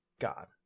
God